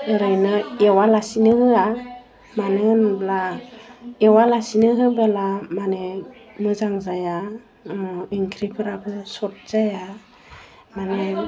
ओरैनो एवा लासिनो होया मानो होनोब्ला एवा लासिनो होबोला मानि मोजां जाया ओंख्रिफोराबो सक जाया